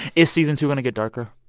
is season two going to get darker?